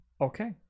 Okay